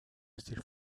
steal